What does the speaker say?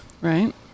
Right